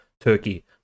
Turkey